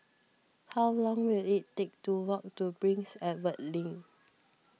how long will it take to walk to Prince Edward Link